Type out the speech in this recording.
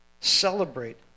celebrate